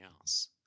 else